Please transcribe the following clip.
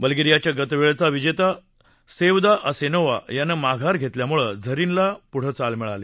ब्लगेरियाचा गतवेळेचा विजेता Sevda Asenova यानं माघार घेतल्यामुळे झरीनला पुढं चाल मिळाली